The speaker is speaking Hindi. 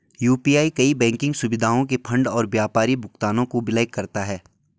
यू.पी.आई कई बैंकिंग सुविधाओं के फंड और व्यापारी भुगतानों को विलय करता है